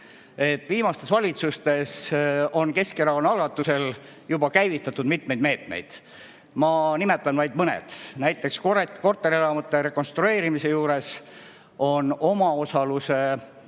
Viimastes valitsustes on Keskerakonna algatusel juba käivitatud mitmeid meetmeid. Ma nimetan vaid mõned. Näiteks korterelamute rekonstrueerimise juures on omaosaluse